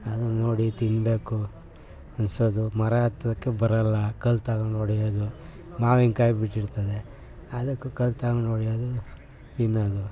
ಅದನ್ನ ನೋಡಿ ತಿನ್ನಬೇಕು ಅನ್ನಿಸೋದು ಮರ ಹತ್ತೋದಕ್ಕೆ ಬರೋಲ್ಲ ಕಲ್ಲು ತಗೊಂಡು ಹೊಡ್ಯೋದು ಮಾವಿನಕಾಯಿ ಬಿಟ್ಟಿರ್ತದೆ ಅದಕ್ಕೂ ಕಲ್ಲು ತಗೊಂಡು ಹೊಡ್ಯೋದು ತಿನ್ನೋದು